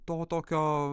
to tokio